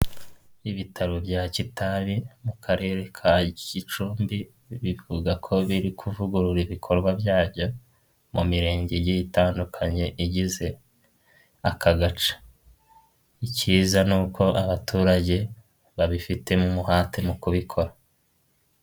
Ibitaro bya Kitabi mu karere ka Gicumbi, bivuga ko biri kuvugurura ibikorwa byabyo mu mirenge igiye itandukanye igize aka gace. Icyiza ni uko abaturage babifitemo umuhate mu kubikora.